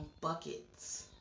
buckets